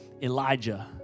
Elijah